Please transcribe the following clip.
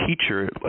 teacher